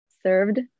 served